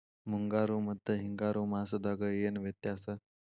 ಮುಂಗಾರು ಮತ್ತ ಹಿಂಗಾರು ಮಾಸದಾಗ ಏನ್ ವ್ಯತ್ಯಾಸ?